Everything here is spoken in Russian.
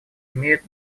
имеют